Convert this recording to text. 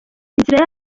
inzira